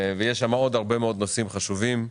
יש שם עוד הרבה נושאים חשובים,